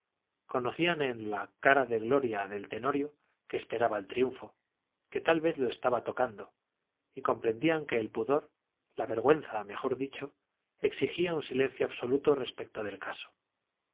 conocían en la cara de gloria del tenorio que esperaba el triunfo que tal vez lo estaba tocando y comprendían que el pudor la vergüenza mejor dicho exigía un silencio absoluto respecto del caso don